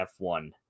F1